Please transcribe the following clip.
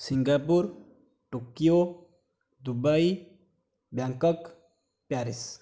Singapore Tokyo Dubai Bangkok Paris